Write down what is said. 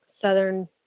southern